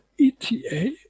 ETA